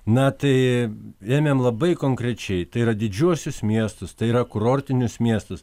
na tai ėmėm labai konkrečiai tai yra didžiuosius miestus tai yra kurortinius miestus